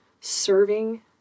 serving